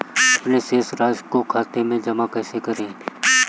अपने शेष राशि को खाते में जमा कैसे करें?